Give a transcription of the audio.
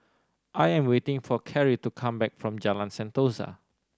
I am waiting for Cari to come back from Jalan Sentosa